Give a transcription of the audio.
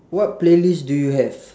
what playlist do you have